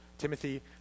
Timothy